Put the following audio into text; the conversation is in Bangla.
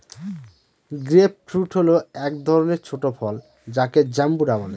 গ্রেপ ফ্রুট হল এক ধরনের ছোট ফল যাকে জাম্বুরা বলে